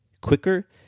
quicker